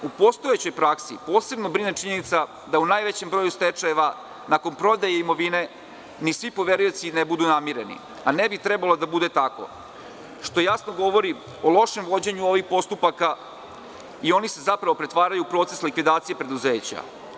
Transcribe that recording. U postojećoj praksi posebno brine činjenica da u najvećem broju stečajeva, nakon prodaje imovine, ni svi poverioci ne budu namireni, a ne bi trebalo da bude tako, a to jasno govori o lošem vođenju ovih postupaka i oni se zapravo pretvaraju u proces likvidacije preduzeća.